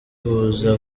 buza